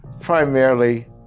primarily